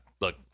look